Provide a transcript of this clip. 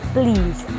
please